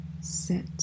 Sit